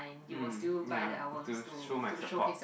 mm ya to show my support